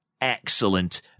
excellent